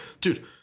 Dude